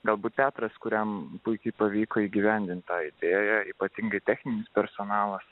galbūt teatras kuriam puikiai pavyko įgyvendinti airijoje ypatingai techninis personalas